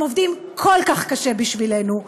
הם עובדים כל כך קשה בשבילנו,